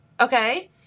Okay